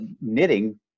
knitting